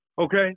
Okay